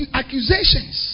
accusations